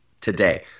today